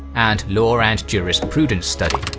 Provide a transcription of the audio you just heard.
and law and jurisprudence study.